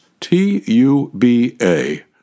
T-U-B-A